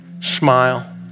smile